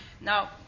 Now